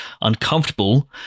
uncomfortable